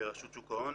ברשות שוק ההון.